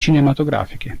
cinematografiche